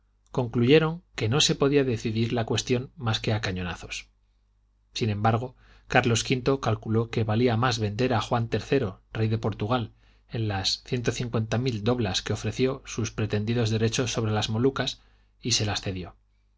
concluyeron que no se podía decidir la cuestión más que a cañonazos sin embargo carlos v calculó que valía más vender a juan iii rey de portugal en las mil doblas que ofreció sus pretendidos derechos sobre las molucas y se las cedió